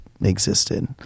existed